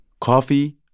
Coffee